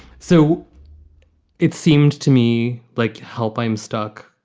so it seemed to me like help i'm stuck.